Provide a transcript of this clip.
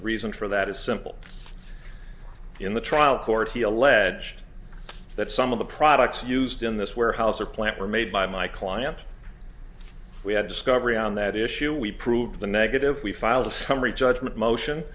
the reason for that is simple in the trial court he alleged that some of the products used in this warehouse are plant were made by my client we have discovery on that issue we prove the negative we filed a summary judgment motion